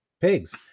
pigs